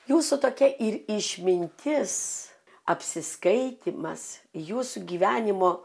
jūsų tokia ir išmintis apsiskaitymas jūsų gyvenimo